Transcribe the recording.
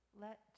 Let